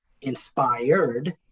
inspired